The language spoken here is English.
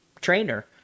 trainer